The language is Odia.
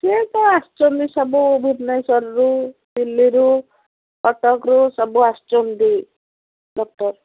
ସିଏ ତ ଆସୁଛନ୍ତି ସବୁ ଭୁବନେଶ୍ୱରରୁ ଦିଲ୍ଲୀରୁ କଟକରୁ ସବୁ ଆସୁଛନ୍ତି ଡକ୍ଟର